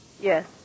Yes